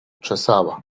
czesała